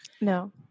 No